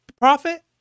profit